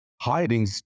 hiding